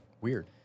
Weird